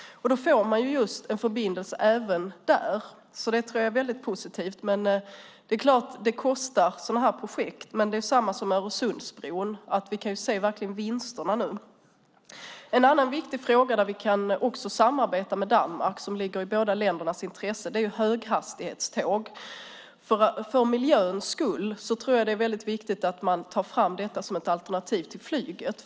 Då blir det en förbindelse även där, och det är positivt. Det är klart att sådana projekt kostar, men vi kan nu se vinsterna med Öresundsbron. En annan viktig fråga där vi också kan samarbeta med Danmark och som ligger i båda ländernas intresse är höghastighetståg. För miljöns skull är det viktigt att ta fram detta som ett alternativ till flyget.